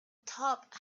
top